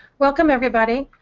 welcome, everybody.